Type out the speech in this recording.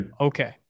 Okay